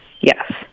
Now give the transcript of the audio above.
Yes